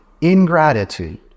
ingratitude